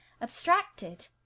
abstracted